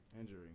Injury